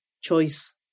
choice